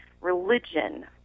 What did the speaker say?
religion